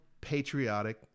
patriotic